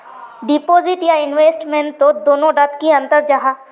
Deposit या investment तोत दोनों डात की अंतर जाहा?